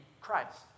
Christ